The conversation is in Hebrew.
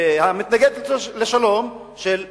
המתנגדת לשלום, של נתניהו.